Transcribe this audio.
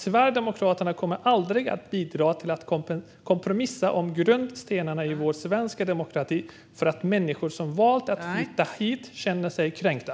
Sverigedemokraterna kommer aldrig att bidra till att kompromissa om grundstenarna i vår svenska demokrati för att människor som valt att flytta hit känner sig kränkta.